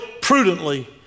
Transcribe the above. prudently